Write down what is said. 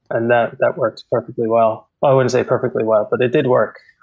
and that that works perfectly well. i wouldn't say perfectly well, but it did work